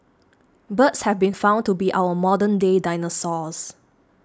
birds have been found to be our modern day dinosaurs